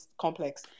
complex